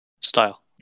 style